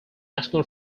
national